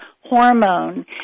hormone